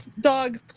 dog